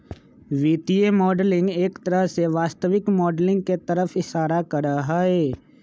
वित्तीय मॉडलिंग एक तरह से वास्तविक माडलिंग के तरफ इशारा करा हई